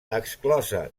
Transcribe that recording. exclosa